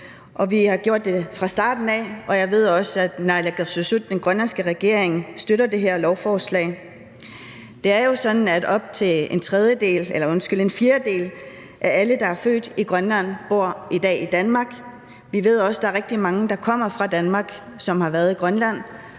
vi har gjort det fra starten af. Og jeg ved også, naalakkersuisut, den grønlandske regering, støtter det her lovforslag. Det er jo sådan, at op til en fjerdedel af alle, der er født i Grønland, bor i dag i Danmark. Vi ved også, at der er rigtig mange, der kommer fra Danmark, som har været i Grønland